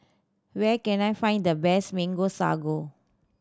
where can I find the best Mango Sago